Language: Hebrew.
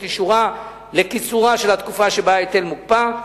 אישורה לקיצורה של התקופה שבה ההיטל מוקפא.